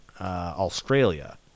Australia